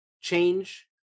change